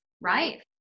Right